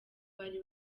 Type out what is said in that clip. bari